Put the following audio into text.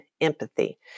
empathy